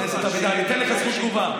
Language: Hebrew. חבר הכנסת אבידר, אני אתן לך זכות תגובה.